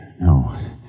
No